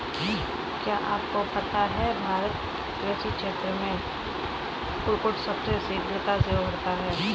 क्या आपको पता है भारत कृषि क्षेत्र में कुक्कुट सबसे शीघ्रता से उभरता क्षेत्र है?